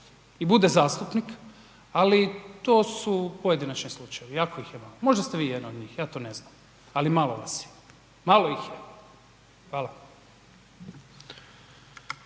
i bude zastupnik. Ali to su pojedinačni slučajevi. Jako ih je malo. Možda ste vi jedan od njih, ja to ne znam. Ali malo vas je. Malo ih je. Hvala.